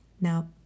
Now